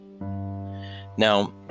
Now